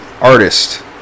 artist